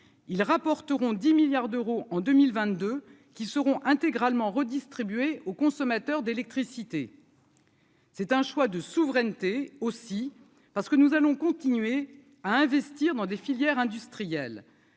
ils rapporteront 10 milliards d'euros en 2022 qui seront intégralement redistribués aux consommateurs d'électricité. C'est un choix de souveraineté aussi parce que nous allons continuer à investir dans des filières industrielles.